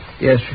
Yes